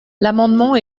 l’amendement